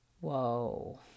Whoa